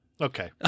Okay